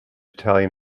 italian